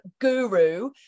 guru